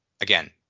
again